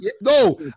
No